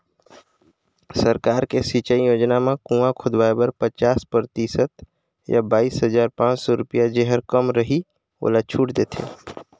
सरकार के सिंचई योजना म कुंआ खोदवाए बर पचास परतिसत य बाइस हजार पाँच सौ रुपिया जेहर कम रहि ओला छूट देथे